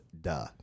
Duh